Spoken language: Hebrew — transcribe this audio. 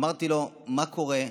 אמרתי לו: מה קורה?